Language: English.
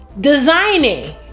Designing